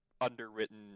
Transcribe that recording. underwritten